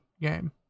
game